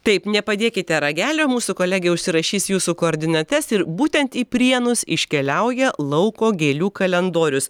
taip nepadėkite ragelio mūsų kolegė užsirašys jūsų koordinates ir būtent į prienus iškeliauja lauko gėlių kalendorius